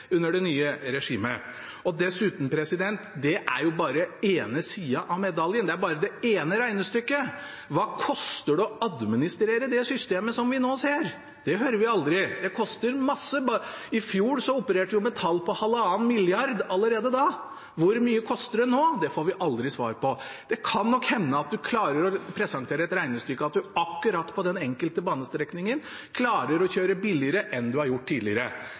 under det nye regimet. Det er dessuten bare den ene sida av medaljen, det er bare det ene regnestykket. Hva koster det å administrere det systemet som vi nå ser? Det hører vi aldri. Det koster masse. Allerede i fjor opererte vi jo med tall på 1,5 mrd. kr. Hvor mye koster det nå? Det får vi aldri svar på. Det kan nok hende at en klarer å presentere et regnestykke som viser at en akkurat på den enkelte banestrekningen klarer å kjøre billigere enn en har gjort tidligere.